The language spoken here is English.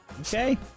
Okay